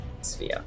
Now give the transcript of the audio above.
sphere